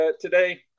today